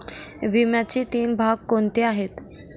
विम्याचे तीन भाग कोणते आहेत?